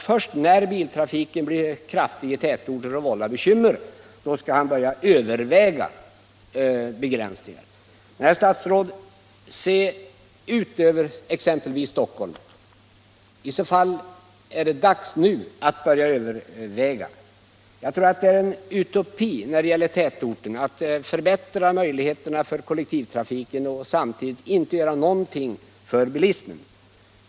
Först när biltrafiken blir kraftig i tätorter och vållar bekymmer skall han börja överväga begränsningar. Herr statsråd! Se ut över exempelvis Stockholm! Det är i så fall dags nu att börja överväga. Jag tror att det är en utopi när det gäller tätorterna att det räcker att förbättra möjligheterna för kollektivtrafiken och samtidigt inte göra någonting när det gäller bilismen.